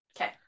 okay